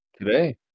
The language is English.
Today